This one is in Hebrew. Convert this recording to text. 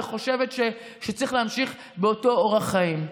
וחושבת שצריך להמשיך באותו אורח חיים.